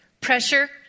Pressure